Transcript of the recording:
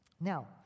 Now